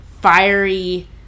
fiery